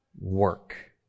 Work